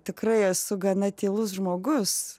tikrai esu gana tylus žmogus